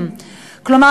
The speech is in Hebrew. כלומר,